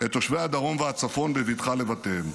את תושבי הדרום והצפון בבטחה לבתיהם.